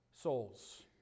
souls